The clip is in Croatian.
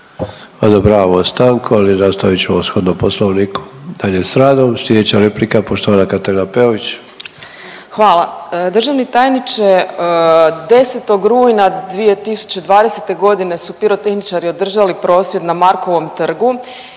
Odobravamo stanku, ali nastavit ćemo shodno poslovniku dalje s radom. Sljedeća replika poštovana Katarina Peović. **Peović, Katarina (RF)** Hvala. Državni tajniče, 10. rujna 2020.g. su pirotehničari održali prosvjed na Markovom trgu,